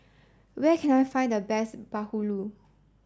where can I find the best Bahulu